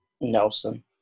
Nelson